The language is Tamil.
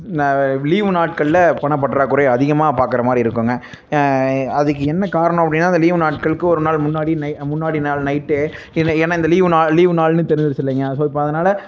நான் லீவு நாட்கள்ல பணப்பற்றாக்குறை அதிகமாக பார்க்கற மாதிரி இருக்குங்க அதுக்கு என்ன காரணம் அப்படின்னா அந்த லீவு நாட்களுக்கு ஒரு நாள் முன்னாடி நை முன்னாடி நாள் நைட்டு ஏன்னா ஏன்னா இந்த லீவு நான் லீவு நாள்னு தெரிஞ்சிருச்சு இல்லைங்க ஸோ இப்போ அதனால்